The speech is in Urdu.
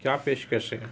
کیا پیشکش ہے